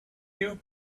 you